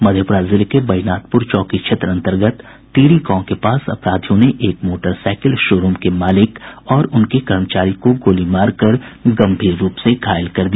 मधेपुरा जिले के बैजनाथपुर चौकी क्षेत्र अन्तर्गत तिरी गांव के पास अपराधियों ने एक मोटरसाईकिल शो रूम के मालिक और उनके कर्मचारी को गोली मारकर गम्भीर रूप से घायल कर दिया